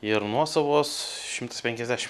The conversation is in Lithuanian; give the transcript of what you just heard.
ir nuosavos šimtas penkiasdešim